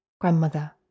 grandmother